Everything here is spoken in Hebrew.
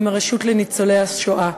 עם הרשות לזכויות ניצולי השואה.